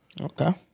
Okay